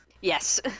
Yes